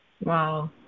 wow